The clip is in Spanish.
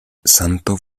santos